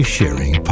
Sharing